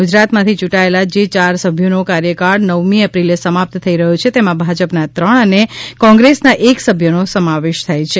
ગુજરાતમાથી ચૂંટાયેલા જે ચાર સભ્યોનો કાર્યકાળ નવમી એપ્રિલે સમાપ્ત થઈ રહ્યો છે તેમાં ભાજપ ના ત્રણ અને કોંગ્રેસ ના એક સભ્ય નો સમાવેશ થાય છે